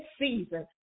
season